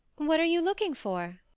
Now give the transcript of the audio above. what are you looking for?